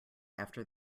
after